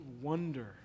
wonder